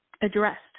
addressed